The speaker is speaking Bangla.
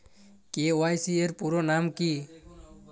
কে.ওয়াই.সি এর পুরোনাম কী?